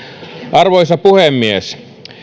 arvoisa puhemies